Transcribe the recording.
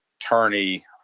attorney